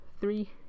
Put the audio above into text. three